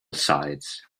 sides